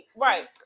Right